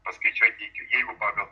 paskaičiuot jei jeigu pagal